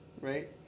right